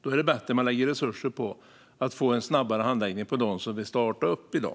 Då är det bättre att lägga det på att få en snabbare handläggning för dem som vill starta upp i dag.